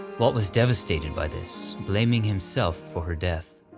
walt was devastated by this, blaming himself for her death.